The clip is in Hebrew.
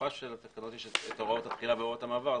בסופן של התקנות יש את הוראות התחילה והוראות המעבר.